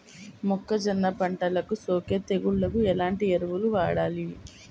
మొక్కజొన్న పంటలకు సోకే తెగుళ్లకు ఎలాంటి ఎరువులు వాడాలి?